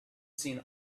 seen